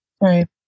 Right